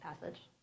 passage